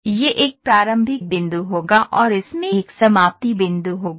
तो यह एक प्रारंभिक बिंदु होगा और इसमें एक समाप्ति बिंदु होगा